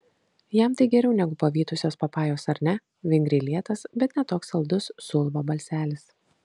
jam tai geriau negu pavytusios papajos ar ne vingriai lėtas bet ne toks saldus suulba balselis